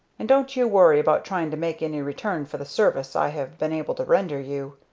and don't you worry about trying to make any return for the service i have been able to render you.